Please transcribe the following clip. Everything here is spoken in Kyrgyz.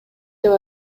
деп